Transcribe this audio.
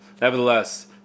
Nevertheless